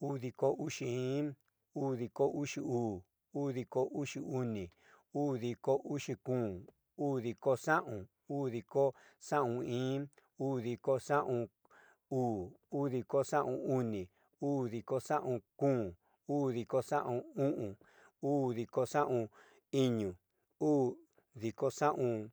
udiko uxi iin, udiko uxi uu, udiko uxi oni, udiko uxi kom, udiko xaon, dudiko xaun iin, udiko xaun uu, udiko xaun oni, udiko xaon kom, udiko xaon o'on, udiko xaon iño, udiko xaon